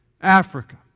Africa